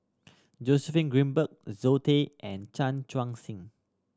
Joseph Grimberg Zoe Tay and Chan Chuang Sing